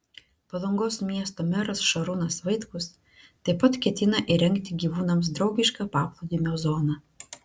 palangos miesto meras šarūnas vaitkus taip pat ketina įrengti gyvūnams draugišką paplūdimio zoną